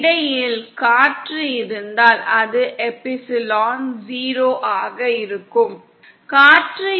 இடையில் காற்று இருந்தால் அது எப்சிலன் 0 ஆக இருக்கும்